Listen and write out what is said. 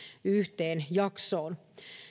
yhteen jaksoon